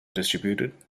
distributed